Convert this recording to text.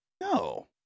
No